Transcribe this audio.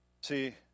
See